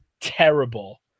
terrible